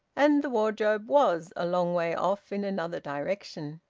and the wardrobe was a long way off in another direction.